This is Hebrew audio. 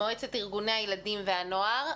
מנהלת שותפויות ממועצת ארגוני הילדים והנוער,